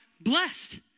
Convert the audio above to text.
blessed